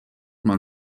man